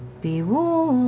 be warned.